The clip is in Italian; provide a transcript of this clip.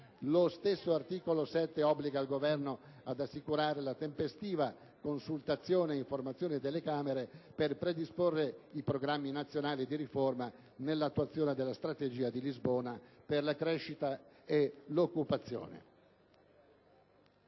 Lo stesso articolo 7 obbliga il Governo ad assicurare la tempestiva consultazione ed informazione delle Camere per predisporre i programmi nazionali di riforma nell'attuazione della Strategia di Lisbona per la crescita e l'occupazione.